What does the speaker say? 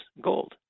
gold